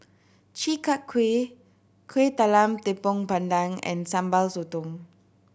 Chi Kak Kuih Kueh Talam Tepong Pandan and Sambal Sotong